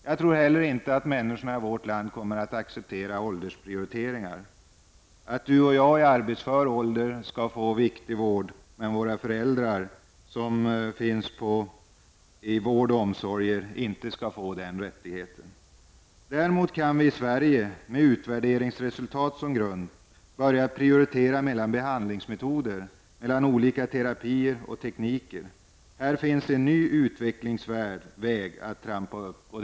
Jag tror inte heller att människorna i vårt land kommer att acceptera åldersprioteringar, att du och jag i arbetsför ålder kan få viktig vård men våra föräldrar som finns inom vård och omsorg inte skulle få rätt till sådan vård. Däremot kan vi i Sverige med utvärderingsresultat som grund börja prioritera mellan behandlingsmetoder, mellan olika terapier och tekniker. Här finns en ny utvecklingsväg att trampa upp.